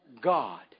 God